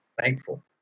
thankful